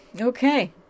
Okay